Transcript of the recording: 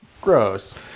Gross